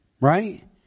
Right